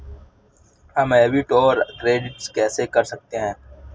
हम डेबिटऔर क्रेडिट कैसे कर सकते हैं?